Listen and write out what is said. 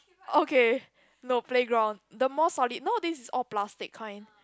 okay no playground the more solid no this is all plastic kind